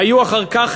היו אחר כך